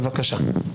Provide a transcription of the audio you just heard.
בבקשה.